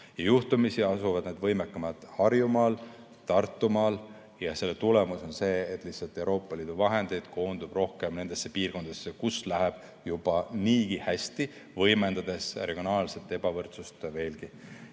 Juhtumisi asuvad need võimekamad Harjumaal ja Tartumaal ning selle tõttu lihtsalt Euroopa Liidu vahendeid koondub rohkem nendesse piirkondadesse, kus läheb juba niigi hästi. Aga see võimendab regionaalset ebavõrdsust veelgi.